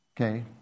Okay